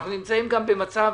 אנחנו במצב